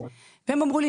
הם אמרו לי,